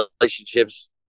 relationships